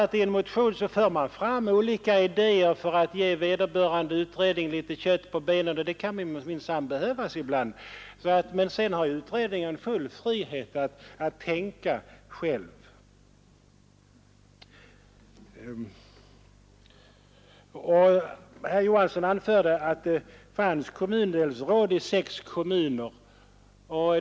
I en motion för man naturligtvis fram olika idéer för att ge vederbörande utredning litet kött på benen, och det kan minsann behövas ibland. Men sedan har utredningen full frihet att tänka själv. Herr Johansson anförde att det fanns kommundelsråd i sex kommuner.